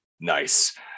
Nice